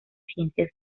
ciencias